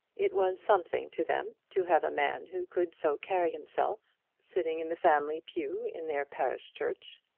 it was something to them to have a man who could so carry himself sitting in the family pew in their parish church.